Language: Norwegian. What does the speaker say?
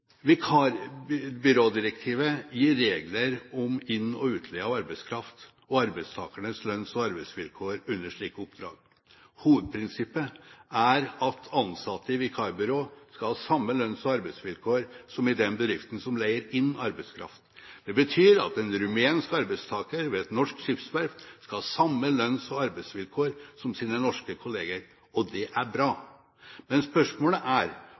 gir regler om inn- og utleie av arbeidskraft og arbeidstakernes lønns- og arbeidsvilkår under slike oppdrag. Hovedprinsippet er at ansatte i vikarbyråer skal ha samme lønns- og arbeidsvilkår som i den bedriften som leier inn arbeidskraft. Det betyr at en rumensk arbeidstaker ved et norsk skipsverft skal ha samme lønns- og arbeidsvilkår som sine norske kolleger – og det er bra. Men spørsmålet er